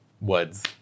woods